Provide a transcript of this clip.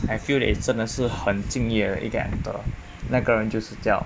I feel that 真的是很敬业的一个 actor 那个人就是这样